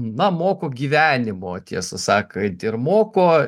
na moko gyvenimo tiesą sakant ir moko